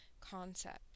concept